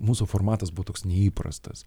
mūsų formatas buvo toks neįprastas